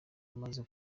amaze